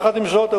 עם זאת,